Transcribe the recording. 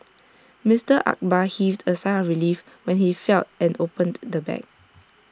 Mister Akbar heaved A sigh of relief when he felt and opened the bag